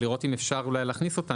ולראות אם אפשר אולי להכניס אותן,